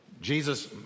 Jesus